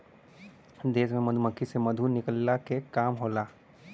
देश में मधुमक्खी से मधु निकलला के काम होला